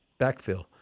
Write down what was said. backfill